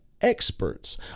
experts